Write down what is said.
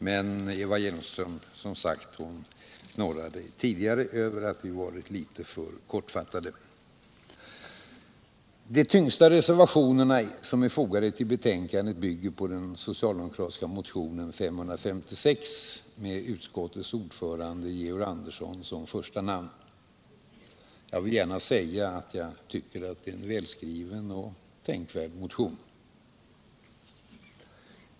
Men, som sagt, Eva Hjelmström knorrade i sitt anförande över att vi varit litet för kortfattade. De tyngsta reservationerna i betänkandet bygger på den socialdemokratiska motionen 556 med utskottets ordförande Georg Andersson som första namn. Jag vill gärna säga att jag tycker att det är en välskriven och tänkvärd motion.